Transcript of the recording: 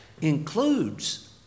includes